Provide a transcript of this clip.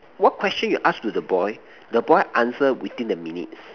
what question you ask to the boy the boy answer within a minute